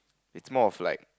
it's more of like